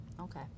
Okay